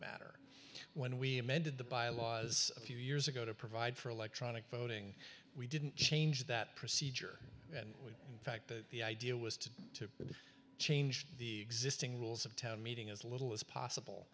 matter when we amended the byelaws a few years ago to provide for electronic voting we didn't change that procedure and we in fact the idea was to to change the existing rules of town meeting as little as possible